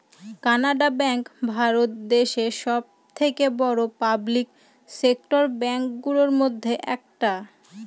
Canara bank Bharat দেশে সব থেকে বড়ো পাবলিক সেক্টর ব্যাঙ্ক গুলোর মধ্যে একটা